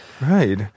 Right